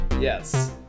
Yes